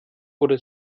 oder